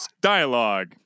dialogue